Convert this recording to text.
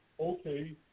okay